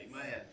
Amen